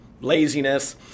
laziness